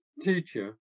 teacher